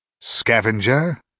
Scavenger